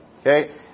Okay